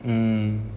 mm